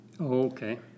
Okay